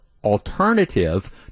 alternative